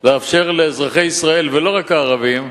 לאפשר לאזרחי ישראל, ולא רק הערבים,